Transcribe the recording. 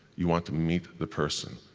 you want to meet the person,